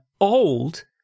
old